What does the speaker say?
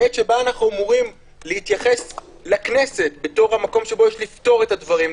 בעת שבה אנחנו אמורים להתייחס לכנסת בתור המקום שבו יש לפתור את הדברים,